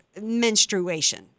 menstruation